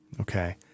Okay